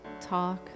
talk